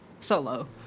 solo